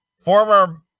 former